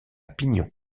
pignon